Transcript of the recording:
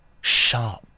sharp